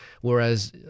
Whereas